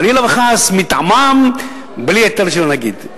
חלילה וחס, מטעמם, בלי היתר של הנגיד.